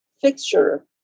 fixture